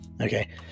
Okay